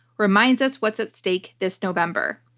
reminds us what's at stake this november.